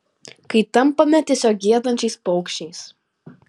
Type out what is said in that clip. kai tampame tiesiog giedančiais paukščiais